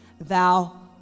Thou